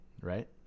Right